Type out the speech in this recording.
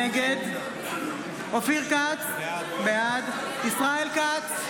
נגד אופיר כץ, בעד ישראל כץ,